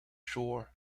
shore